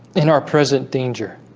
in our present danger